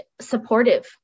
supportive